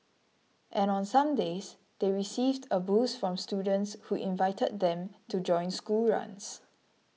and on some days they received a boost from students who invited them to join school runs